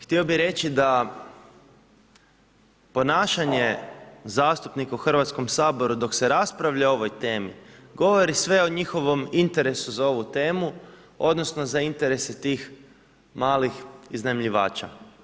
Htio bi reći da ponašanje zastupnika u Hrvatskom saboru, dok se raspravlja o ovoj temi, govori sve o njihovom interesu za ovu temu, odnosno, za interese tih malih iznajmljivača.